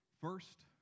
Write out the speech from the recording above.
first